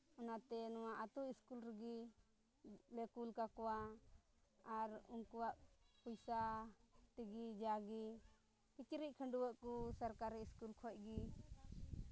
ᱚᱱᱟᱛᱮ ᱱᱚᱣᱟ ᱟᱹᱛᱩ ᱥᱠᱩᱞ ᱨᱮᱜᱮ ᱞᱮ ᱠᱩᱞ ᱠᱟᱠᱚᱣᱟ ᱟᱨ ᱩᱱᱠᱩᱣᱟᱜ ᱯᱚᱭᱥᱟ ᱛᱮᱜᱮ ᱡᱟᱜᱮ ᱠᱤᱪᱨᱤᱡᱽ ᱠᱷᱟᱺᱰᱩᱣᱟᱹᱜ ᱠᱚ ᱥᱚᱨᱠᱟᱨᱤ ᱥᱠᱩᱞ ᱠᱷᱚᱱ ᱜᱮ